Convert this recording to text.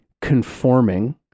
conforming